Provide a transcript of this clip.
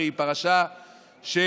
הרי היא פרשה שמסכמת.